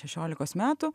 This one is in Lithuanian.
šešiolikos metų